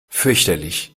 fürchterlich